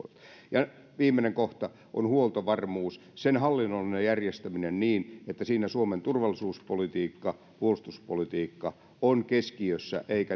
ja viimeinen kohta on huoltovarmuus sen hallinnollinen järjestäminen niin että siinä suomen turvallisuuspolitiikka puolustuspolitiikka ovat keskiössä eikä